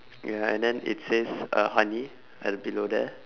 ya and then it says uh honey at the below there